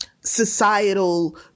societal